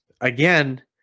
again